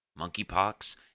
monkeypox